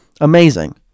Amazing